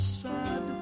sad